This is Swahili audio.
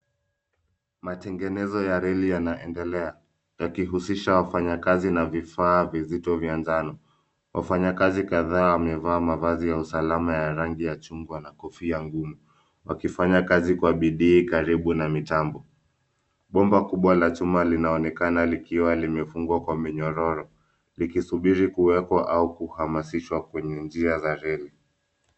Matengenezo ya reli yanaendelea, yakihusisha wafanyi kazi na vifaa vizito vya njano. Wafanyi kazi kadhaa wamevaa mavasi ya usalama ya rangi ya jungwa na kofia ngumu, wakifanya kazi kwa bidii karibu na mitambo. Pomba kubwa la chuma linaonekana likiwa limefungwa kwa minyororo likisuburi kuwekwa au kuhamasishwa kwenye njia za reli.